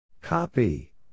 Copy